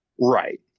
Right